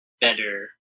better